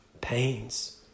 pains